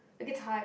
the guitart